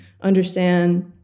understand